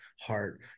heart